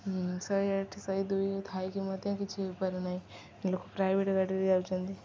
ଶହେ ଆଠ ଶହେ ଦୁଇ ଥାଇକି ମଧ୍ୟ କିଛି ହେଇପାରୁନାହିଁ ଲୋକ ପ୍ରାଇଭେଟ ଗାଡ଼ିରେ ଯାଉଛନ୍ତି